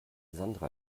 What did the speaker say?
sandra